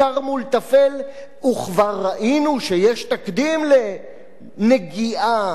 וכבר ראינו שיש תקדים לנגיעה בחוקי-יסוד,